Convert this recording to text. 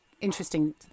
interesting